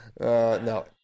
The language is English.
No